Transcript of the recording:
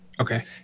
Okay